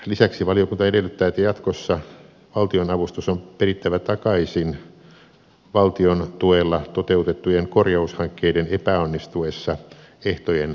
lisäksi valiokunta edellyttää että jatkossa valtionavustus on perittävä takaisin valtion tuella toteutettujen korjaushankkeiden epäonnistuessa ehtojen rikkomisen vuoksi